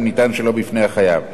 אם ניתן שלא בפני החייב.